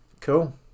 Cool